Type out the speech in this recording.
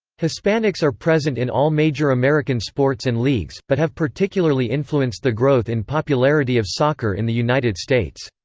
hispanics are present in all major american sports and leagues, but have particularly influenced the growth in popularity of soccer in the united states.